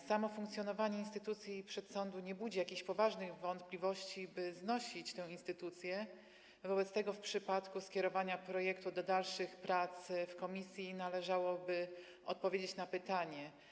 Samo funkcjonowanie instytucji przedsądu nie budzi jakichś poważnych wątpliwości, by znosić tę instytucję, wobec tego w przypadku skierowania projektu do dalszych prac w komisji należałoby odpowiedzieć na pytanie: